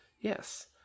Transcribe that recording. Yes